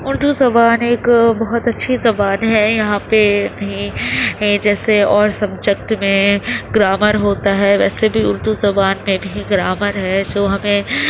اردو زبان ایک بہت اچھی زبان ہے یہاں پہ ہے جیسے اور سبجیکٹ میں گرامر ہوتا ہے ویسے بھی اردو زبان میں بھی گرامر ہے سو ہمیں